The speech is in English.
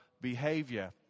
behavior